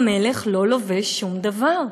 המלך לא לובש שום דבר.